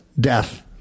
death